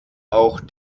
auch